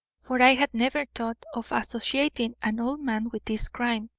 for i had never thought of associating an old man with this crime.